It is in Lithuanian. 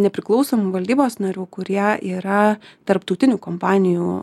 nepriklausomų valdybos narių kurie yra tarptautinių kompanijų